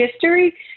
history